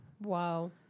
Wow